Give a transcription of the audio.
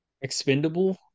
expendable